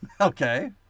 okay